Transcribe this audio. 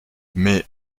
mais